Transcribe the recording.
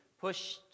push